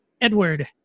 Edward